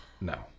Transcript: No